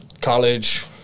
college